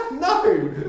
No